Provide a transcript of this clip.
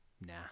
Nah